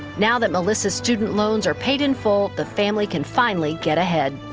now that melissa's student loans are paid in full, the family can finally get ahead.